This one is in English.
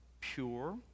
pure